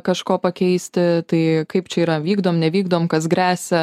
kažko pakeisti tai kaip čia yra vykdom nevykdom kas gresia